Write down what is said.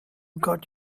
got